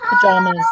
Pajamas